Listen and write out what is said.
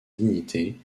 dignité